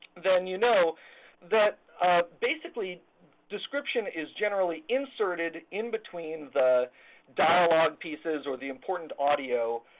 then you know that basically description is generally inserted in between the dialogue pieces or the important audio,